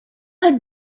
had